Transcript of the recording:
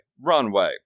runway